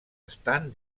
estan